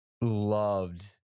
loved